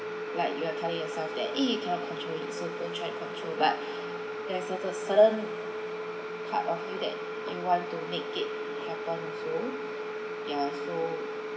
like you are telling yourself that eh you cannot control so don't try to control but there's a cert~ certain part of you that you want to make it happen so ya so